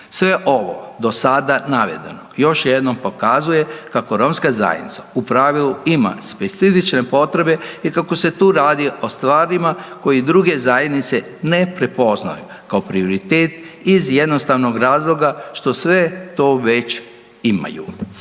Sve ovo do sada navedeno još jednom pokazuje kako romska zajednica u pravilu ima specifične potrebe i kako se tu radi o stvarima koje druge zajednice ne prepoznaju kao prioritet iz jednostavnog razloga što sve to već imaju.